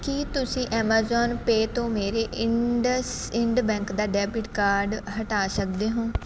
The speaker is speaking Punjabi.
ਕੀ ਤੁਸੀਂਂ ਐਮਾਜ਼ਾਨ ਪੇ ਤੋਂ ਮੇਰੇ ਇੰਡਸਇੰਡ ਬੈਂਕ ਦਾ ਡੈਬਿਟ ਕਾਰਡ ਹਟਾ ਸਕਦੇ ਹੋ